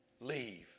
leave